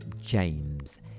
James